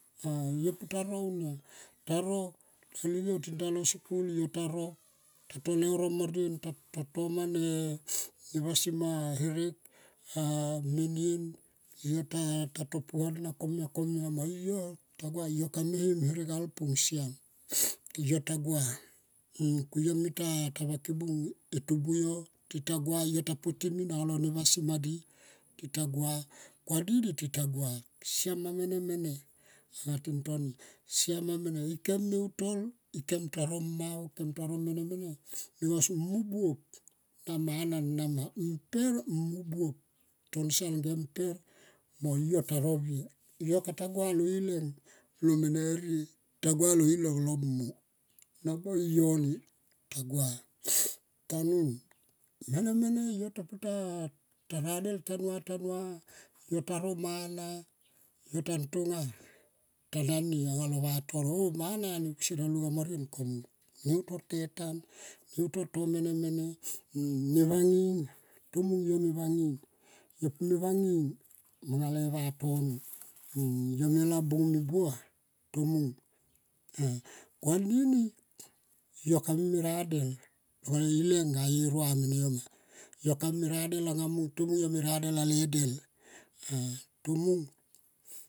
yo pu ta ro unia yo putaro a live putalo sikul ta te leuro mo rien ta toma ne vasima herek menien yo ta to puana komia mo yo tagua yo kame him herek alum yo. yo ta gua yo mita vaki bung e tubu yo tita gua yo mi ta poti min alo ne vasima tita gua ko anini tita gua siam ma menemene anga tin toni ikem me utol ikem ta ro mene mene bikos i buop na mana na ma mper mu buop to nsal geni mper mo yo ta rovie. Yo kata gua lo ileng lo mene rie. Ta gua lo ileng lo mu. Nago yo ni tagua tanun. Mene mene, taradel tanua tanua ta no mana yo tan tomga tanani alo vatono oh mana ni kusier a lunga morien komun. Ne utor te tang ne utor to mene mene, ne vanging to mung yo me va nging. Yo pu me vanging monga le vatono. Yo me lap bung mi buo a ko anini yo kame rade anga ileng ga i ye rua mene yo ma yo kam radel anga mung, tomung yo me nadel ale del tomung.